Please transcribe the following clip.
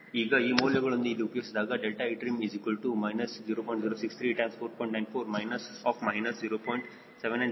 ಈಗ ಆ ಮೌಲ್ಯಗಳನ್ನು ಇಲ್ಲಿ ಉಪಯೋಗಿಸಿದಾಗ etrim 0